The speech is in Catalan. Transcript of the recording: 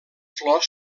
flors